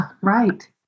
right